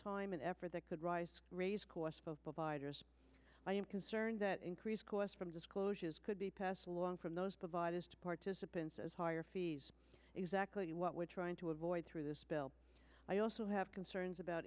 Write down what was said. time and effort that could rise raise costs of providers i am concerned that increased cost from disclosure is could be passed along from those provided participants as higher fees exactly what we're trying to avoid through this bill i also have concerns about